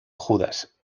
judas